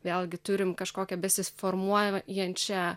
vėlgi turim kažkokią besiformuojančią